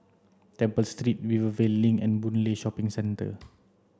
Temple Street Rivervale Link and Boon Lay Shopping Centre